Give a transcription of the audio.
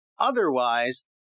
otherwise